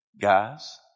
Guys